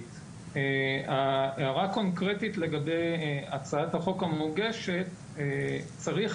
הערה קונקרטית לגבי הצעת החוק המוגשת: צריך